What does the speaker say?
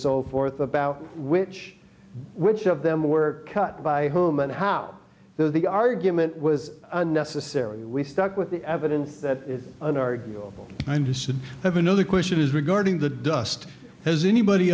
so forth about which which of them were cut by whom and how the argument was unnecessary and we stuck with the evidence that unarguable i just should have another question is regarding the dust has anybody